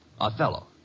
Othello